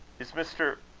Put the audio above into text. is mr,